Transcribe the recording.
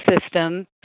system